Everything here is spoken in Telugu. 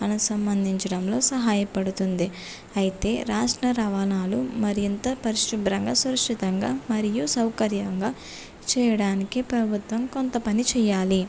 అనుసంధానించడంలో సహాయపడుతుంది అయితే రాష్ట్ర రవాణాలు మరింత పరిశుభ్రంగా సురక్షితంగా మరియు సౌకర్యంగా చేయడానికి ప్రభుత్వం కొంత పని చేయాలి